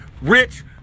rich